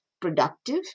productive